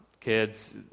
kids